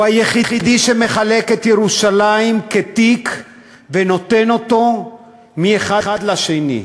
הוא היחיד שמחלק את ירושלים כתיק ונותן אותו מהאחד לשני.